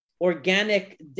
organic